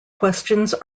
questions